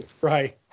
Right